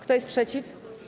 Kto jest przeciw?